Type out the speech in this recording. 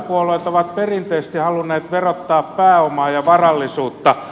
työväenpuolueet ovat perinteisesti halunneet verottaa pääomaa ja varallisuutta